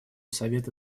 совета